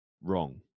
Wrong